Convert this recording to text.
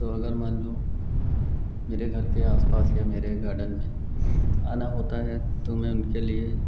तो अगर मान लो मेरे घर के आस पास में मेरा ही गार्डन है आना होता है तो मैं उनके लिए